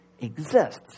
exists